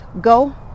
go